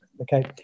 okay